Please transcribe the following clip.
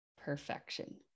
perfection